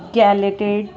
ਗੈਲੇਟਿਡਸ